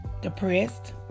Depressed